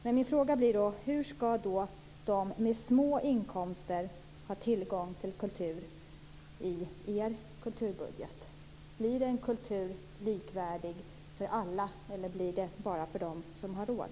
Men min fråga är: Hur skall de som har små inkomster få tillgång till kultur med er kulturbudget? Blir det en likvärdig kultur för alla eller blir det kultur bara för dem som har råd?